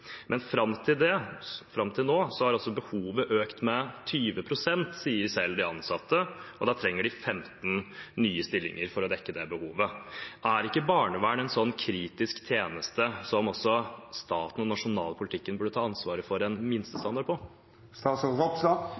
Men fram til nå har altså behovet økt med 20 pst., sier de ansatte selv, og da trenger de 15 nye stillinger for å dekke det behovet. Er ikke barnevernet en slik kritisk tjeneste som også staten og den nasjonale politikken burde ta et ansvar for en minstestandard